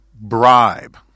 bribe –